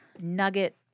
nugget